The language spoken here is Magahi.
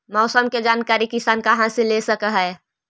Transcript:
मौसम के जानकारी किसान कहा से ले सकै है?